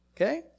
okay